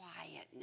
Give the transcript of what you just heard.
quietness